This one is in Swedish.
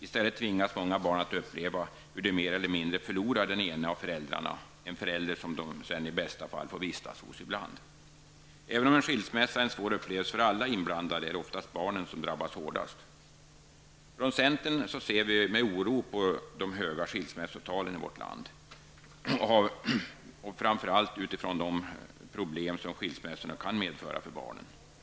I stället tvingas många barn att uppleva hur de mer eller mindre förlorar den ene av föräldrarna -- en förälder som de i bästa fall får vistas hos ibland. Även om en skilsmässa är en svår upplevelse för alla inblandade är det oftast barnen som drabbas hårdast. Från centern ser vi med oro på de höga skilsmässotalen i vårt land, framför allt utifrån de problem skilsmässorna kan medföra för barnen.